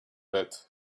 that